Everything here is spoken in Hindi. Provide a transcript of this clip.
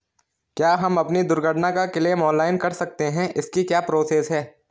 क्या हम अपनी दुर्घटना का क्लेम ऑनलाइन कर सकते हैं इसकी क्या प्रोसेस है?